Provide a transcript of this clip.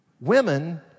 Women